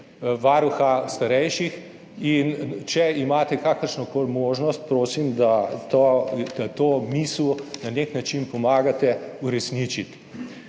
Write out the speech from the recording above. varuha starejših. Če imate kakršno koli možnost, prosim, da to misel na nek način pomagate uresničiti.